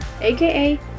aka